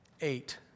Eight